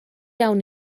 iawn